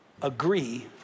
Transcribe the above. Agree